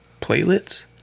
platelets